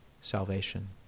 salvation